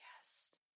Yes